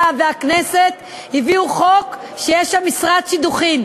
והכנסת הביאו חוק שיש שם משרד שידוכים,